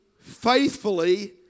faithfully